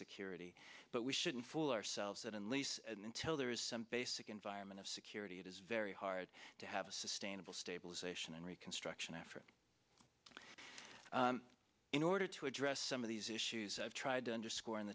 security but we shouldn't fool ourselves that unless and until there is some basic environment of security it is very hard to have a sustainable stabilization and reconstruction effort in order to address some of these issues i've tried to underscor